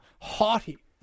haughty